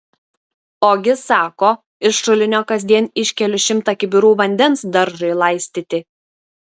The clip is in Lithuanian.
ogi sako iš šulinio kasdien iškeliu šimtą kibirų vandens daržui laistyti